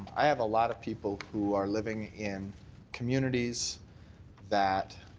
i have a lot of people who are living in communities that